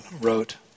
wrote